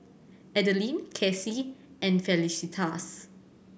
Adaline Kasey and Felicitas